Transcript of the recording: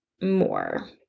more